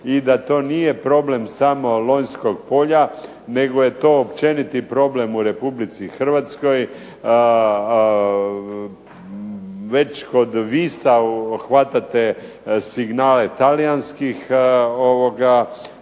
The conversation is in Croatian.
i da to nije problem samo Lonjskog polja nego je to općeniti problem u RH. Već kod Visa hvatate signale talijanskih